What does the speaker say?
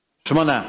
ארבעה.